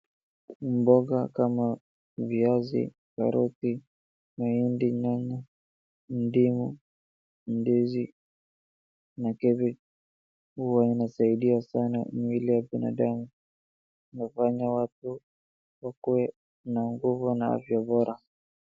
Mboga kama viazi, karoti, mahindi, nyanya, ndimu, ndizi na kevi huwa inasaidia sana mwili ya binadamu. Inafanya watu wakuwe na nguvu na afya Bora.